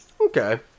Okay